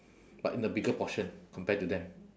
but in a bigger portion compare to them